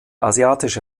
asiatische